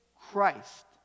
Christ